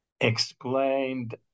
explained